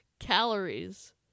calories